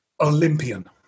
Olympian